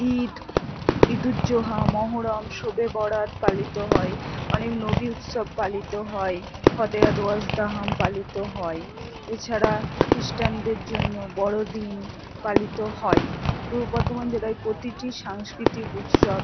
ঈদ ইদুজ্জোহা মহরম শবেবরাত পালিত হয় অনেক নবি উৎসব পালিত হয় ফতেয়া দোহাজ দাহাম পালিত হয় এছাড়া খ্রিস্টানদের জন্য বড়দিন পালিত হয় পূর্ব বর্ধমান জেলায় প্রতিটি সাংস্কৃতিক উৎসব